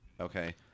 Okay